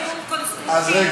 אתה מדבר